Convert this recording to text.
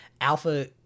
Alpha